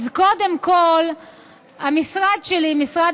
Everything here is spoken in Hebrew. אז קודם כול המשרד שלי, משרד